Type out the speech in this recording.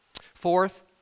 Fourth